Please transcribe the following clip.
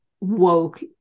woke